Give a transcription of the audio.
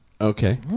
Okay